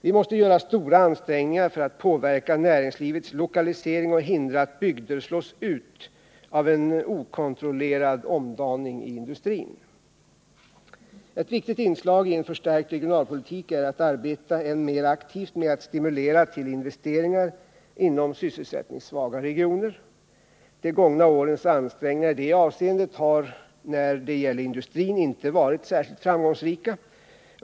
Vi måste göra stora ansträngningar för att påverka näringslivets lokalisering och hindra att bygder slås ut av en okontrollerad omdaning i industrin. Ett viktigt inslag i en förstärkt regionalpolitik är att arbeta än mer aktivt med att stimulera till investeringar inom sysselsättningssvaga regioner. De gångna årens ansträngningar i det avseendet har när det gäller industrin inte varit särskilt framgångsrika.